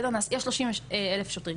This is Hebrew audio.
יש 30 אלף שוטרים,